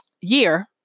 year